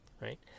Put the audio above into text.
right